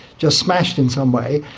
just smashed in some way,